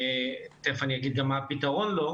ותיכף אגיד מה הפתרון לה,